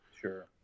sure